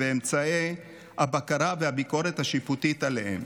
ואמצעי הבקרה והביקורת השיפוטית עליהם.